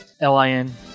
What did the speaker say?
L-I-N